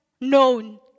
known